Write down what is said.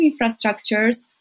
infrastructures